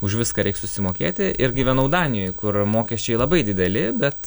už viską reik susimokėti ir gyvenau danijoj kur mokesčiai labai dideli bet